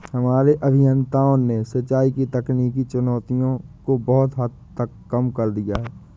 हमारे अभियंताओं ने सिंचाई की तकनीकी चुनौतियों को बहुत हद तक कम कर दिया है